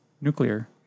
Nuclear